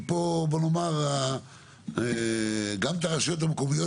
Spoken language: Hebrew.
כי פה בוא נאמר גם את הרשויות המקומיות